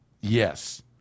yes